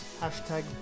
hashtag